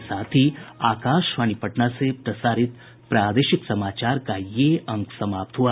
इसके साथ ही आकाशवाणी पटना से प्रसारित प्रादेशिक समाचार का ये अंक समाप्त हुआ